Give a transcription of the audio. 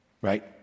right